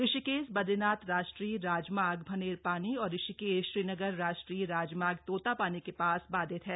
ऋषिकेश बदरीनाथ राष्ट्रीय राजमार्ग भनेरपानी और ऋषिकेश श्रीनगर राष्ट्रीय राजमार्ग तोतापानी के पास बाधित है